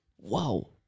Wow